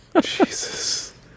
Jesus